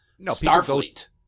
Starfleet